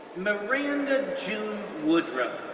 miranda june woodruff,